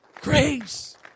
Grace